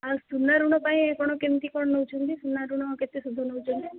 ଆଉ ସୁନା ଋଣ ପାଇଁ କ'ଣ କେମିତି କ'ଣ ନେଉଛନ୍ତି ସୁନା ଋଣ କେତେ ସୁଧ ନେଉଛନ୍ତି